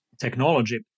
technology